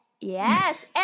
Yes